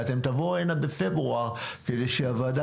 ואתם תבואו הנה בפברואר כדי שהוועדה